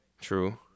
true